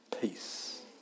peace